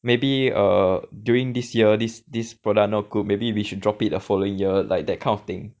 maybe err during this year this this product not good maybe we should drop it the following year like that kind of thing